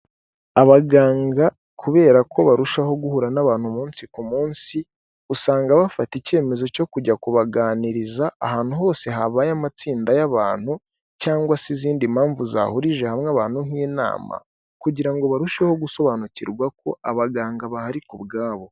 Abaganga kubera ko barushaho guhura n'abantu umunsi ku munsi, usanga bafata icyemezo cyo kujya kubaganiriza ahantu hose habaye amatsinda y'abantu cyangwa se izindi mpamvu zahurije hamwe abantu nk'inama kugira ngo barusheho gusobanukirwa ko abaganga bahari ku ubwabo.